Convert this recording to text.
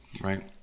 right